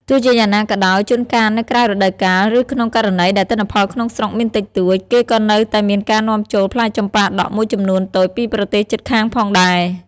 ទោះជាយ៉ាងណាក៏ដោយ ជួនកាលនៅក្រៅរដូវកាល ឬក្នុងករណីដែលទិន្នផលក្នុងស្រុកមានតិចតួច គេក៏នៅតែមានការនាំចូលផ្លែចម្ប៉ាដាក់មួយចំនួនតូចពីប្រទេសជិតខាងផងដែរ។